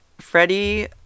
freddie